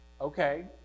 okay